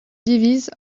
divise